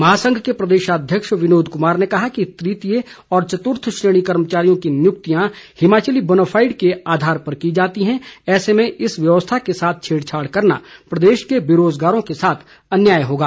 महासंघ के प्रदेशाध्यक्ष विनोद कुमार ने कहा कि तुतीय और चतुर्थ श्रेणी कर्मचारियों की नियुक्तियां हिमाचली बोनाफाईड के आधार पर की जाती हैं ऐसे में इस व्यवस्था के साथ छेड़छाड़ करना प्रदेश के बेरोजगारों के साथ अन्याय होगा